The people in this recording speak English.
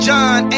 John